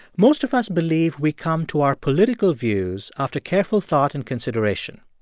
most of us believe we come to our political views after careful thought and consideration,